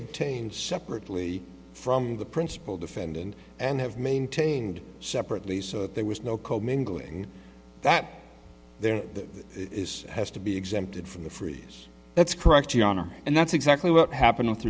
obtained separately from the principal defendant and have maintained separately so that there was no co mingling that there has to be exempted from the freeze that's correct your honor and that's exactly what happened with